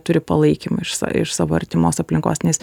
turi palaikymą iš sa iš savo artimos aplinkos nes